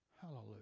Hallelujah